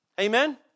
Amen